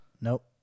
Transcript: Nope